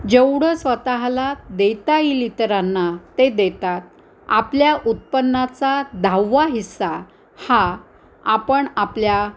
जेवढं स्वतःला देता येईल इतरांना ते देतात आपल्या उत्पन्नाचा दहावा हिसा हा आपण आपल्या